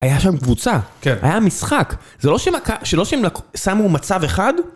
היה שם קבוצה, היה משחק, זה לא שהם שמו מצב אחד?